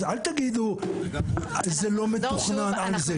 אז אל תגידו שזה לא מתוכנן על זה.